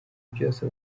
byose